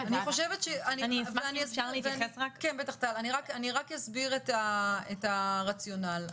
אני רק אסביר את הרציונל.